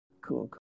cool